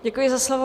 Děkuji za slovo.